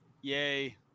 Yay